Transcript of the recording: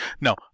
No